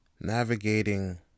navigating